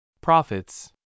Profits